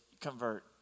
Convert